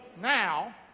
now